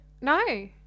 No